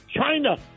China